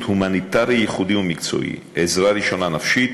הומניטרי ייחודי ומקצועי: עזרה ראשונה נפשית